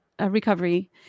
recovery